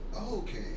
Okay